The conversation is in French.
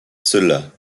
cela